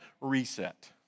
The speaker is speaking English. reset